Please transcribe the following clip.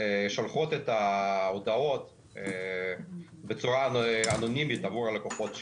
שולחות את ההודעות בצורה אנונימית עבור הלקוחות שלהם.